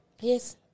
Yes